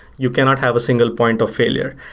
you cannot have a single point of failure.